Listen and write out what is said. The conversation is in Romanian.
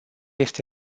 este